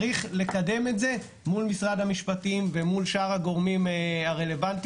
צריך לקדם את זה מול משרד המשפטים ומול שאר הגורמים הרלוונטיים,